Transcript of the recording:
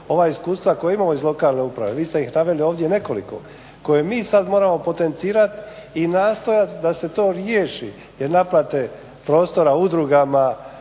ova iskustva koja imamo iz lokalne uprave, vi ste ih naveli ovdje nekoliko koje mi sad moramo potencirati i nastojat da se to riješi jer naplate prostora udrugama